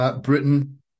Britain